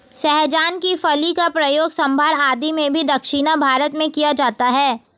सहजन की फली का प्रयोग सांभर आदि में भी दक्षिण भारत में किया जाता है